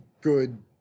good